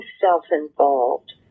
self-involved